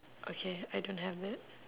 okay I don't have it